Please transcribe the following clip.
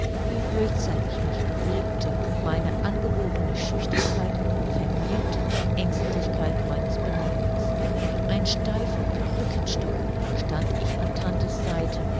wie hölzern ich mich bewegte und meine angeborene schüchternheit vermehrte die aengstlichkeit meines benehmens wie ein steifer perückenstock stand ich an tantes seite